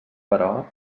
però